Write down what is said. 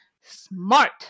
smart